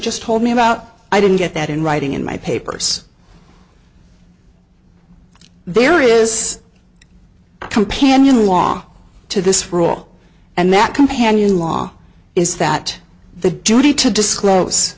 just told me about i didn't get that in writing in my papers there is a companion law to this rule and that companion law is that the duty to disclose